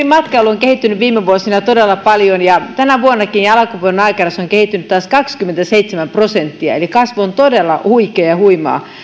matkailu on kehittynyt viime vuosina todella paljon ja tänä vuonnakin alkuvuoden aikana se on kehittynyt taas kaksikymmentäseitsemän prosenttia eli kasvu on todella huikeaa ja huimaa